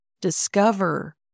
Discover